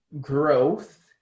growth